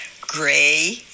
Gray